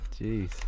jeez